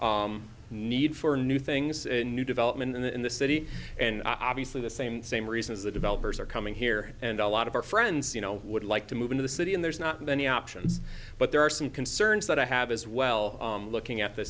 need need for new things and new development in the city and obviously the same same reasons that developers are coming here and a lot of our friends you know would like to move into the city and there's not many options but there are some concerns that i have as well looking at th